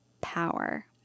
power